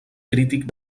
crític